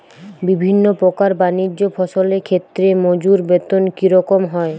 বিভিন্ন প্রকার বানিজ্য ফসলের ক্ষেত্রে মজুর বেতন কী রকম হয়?